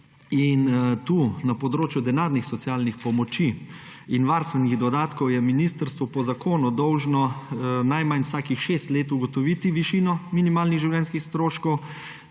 in tu, na področju denarnih socialnih pomoči in varstvenih dodatkov, je ministrstvo po zakonu dolžno najmanj vsakih šest let ugotoviti višino minimalnih življenjskih stroškov.